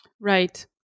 Right